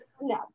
No